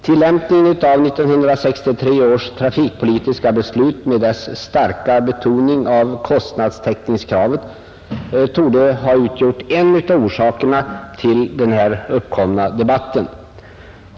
Tillämpningen av 1963 års trafikpolitiska beslut med dess starka betoning av kostnadstäckningskravet torde ha utgjort en av orsakerna till den uppkomna debatten.